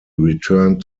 returned